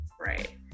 right